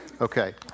Okay